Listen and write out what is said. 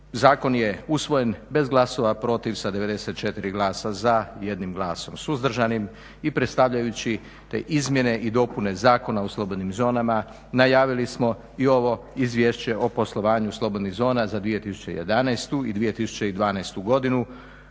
Zakon je usvojen bez glasova protiv sa 94 glasa za i 1 glasom suzdržanim i predstavljajući te izmjene i dopune Zakona o slobodnim zonama najavili smo i ovo Izvješće o poslovanju slobodnih zona za 2011.i 2012.godinu